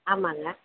ஆமாங்க